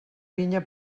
vinya